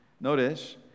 Notice